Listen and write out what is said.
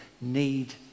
need